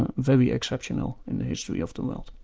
very exceptional in the history of the world.